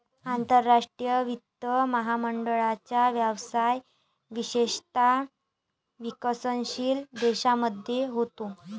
आंतरराष्ट्रीय वित्त महामंडळाचा व्यवसाय विशेषतः विकसनशील देशांमध्ये होतो